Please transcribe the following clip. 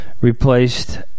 replaced